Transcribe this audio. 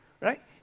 right